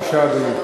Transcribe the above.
אדוני.